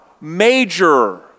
major